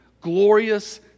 glorious